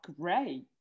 great